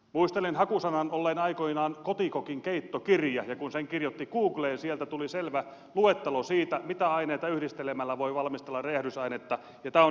muistelen hakusanan olleen aikoinaan kotikokin keittokirja ja kun sen kirjoitti googleen sieltä tuli selvä luettelo siitä mitä aineita yhdistelemällä voi valmistella räjähdysainetta ja tämä on äärimmäisen vaarallista